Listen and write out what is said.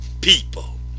people